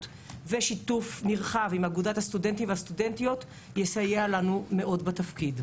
ושיתוף נרחב עם אגודת הסטודנטים יסייע לנו מאוד בתפקיד.